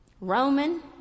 Roman